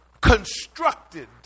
constructed